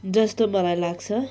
जस्तो मलाई लाग्छ